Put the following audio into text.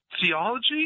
theology